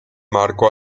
marcó